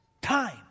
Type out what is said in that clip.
time